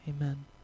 Amen